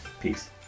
Peace